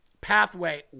pathway